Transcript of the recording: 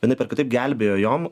vienaip ar kitaip gelbėjo jom